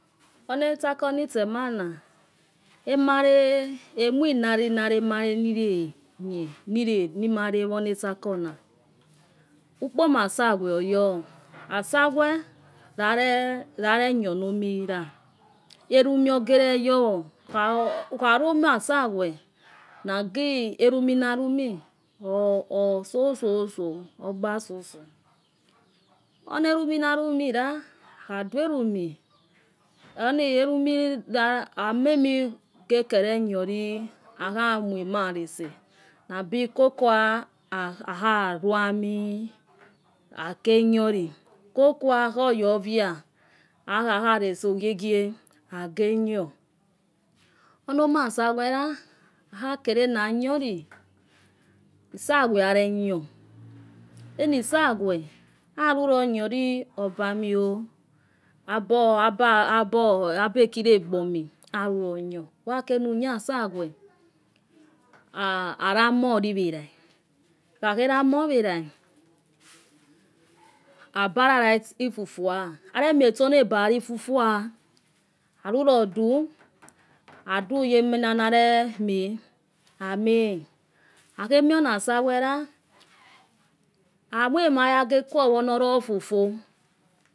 Ona etsako nitse mana. emale umuo nalo nalemape rile knhew. nomale wona. etsakona. ukpo omi asahue oyo. asaguuo. laro kihao no omi lor elumi ogergowo. ukholo omi asag hue large eluminalumi. la akhuadua elumi onalumila. amqmige kele knhew li akhamuamalese. nabi kokua agona ruanii age knhew li kokua oya obinio. ayoho leso oghe gwa age. kndew. ono. omiasaghuo ca akuakele na knhaoli saghva lare knhew. e. g pomi alulo knhwe saghua lare knhew. oni sagwo alulo knhewi osanii oa. abo kile e. g pome alulo knawi osanii oh. abo kile egpome alulo knnawu on ukhenu knhew asag qlqmole wa wrai ukhqkho lamo wa erai abala fufu ha aremw tsomi nabalafufu ha alulodu. aduge egina nqzemq. amq. ikho khe ma ona aseguue la. omuayegekwo noro fofo ma one asaguue. la. omuayanekwo noro fofo